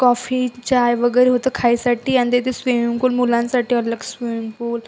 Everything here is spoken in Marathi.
कॉफी चाय वगैरे होतं खाण्यासाठी आणि इथे स्विमिंग पूल मुलांसाठी अलग स्विमिंग पूल